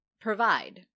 provide